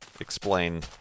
explain